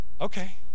okay